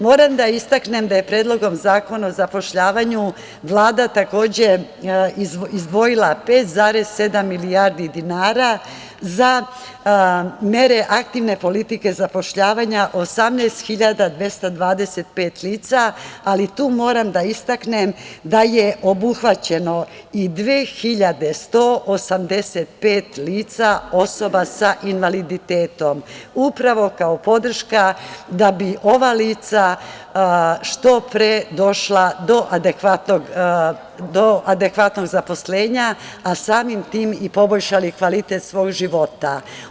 Moram da istaknem da je predlogom Zakona o zapošljavanju Vlada takođe, izdvojila 5,7 milijardi dinara, za mere aktivne politike zapošljavanja 18.225 lica, ali tu moram da istaknem da je obuhvaćeno i 2.185 lica osoba sa invaliditetom, upravo kao podrška da bi ova lica što pre došla do adekvatnog zaposlenja, a samim tim i poboljšali kvalitet svog života.